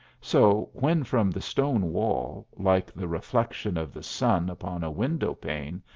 so, when from the stone wall, like the reflection of the sun upon a window-pane,